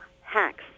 hacks